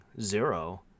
Zero